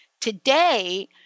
Today